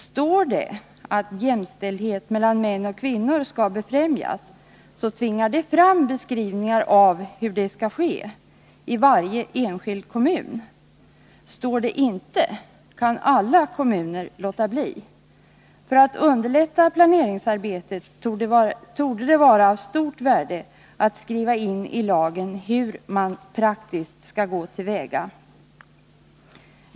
Står det att jämställdhet mellan män och kvinnor skall befrämjas, tvingar det fram beskrivningar av hur detta skall ske i varje enskild kommun. Står det inte, kan alla kommuner låta bli. För att underlätta planeringsarbetet torde det vara av stort värde att det skrivs in i lagen hur man praktiskt skall gå till väga.